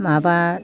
माबा